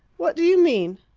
what do you mean?